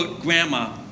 grandma